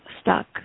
stuck